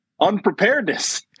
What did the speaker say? unpreparedness